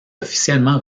officiellement